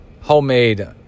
homemade